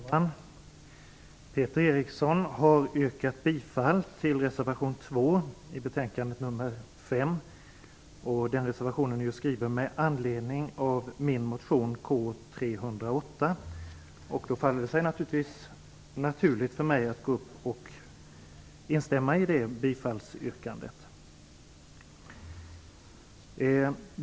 Fru talman! Peter Eriksson har yrkat bifall till reservation 2 i betänkande nr 5, och den reservationen är ju skriven med anledning av min motion 1994/95:K308. Då faller det sig naturligt för mig att instämma i det bifallsyrkandet.